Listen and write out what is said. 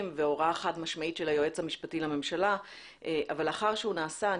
והוראה חד משמעית של היועץ המשפטי לממשלה אבל לאחר שהוא נעשה,